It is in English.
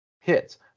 hits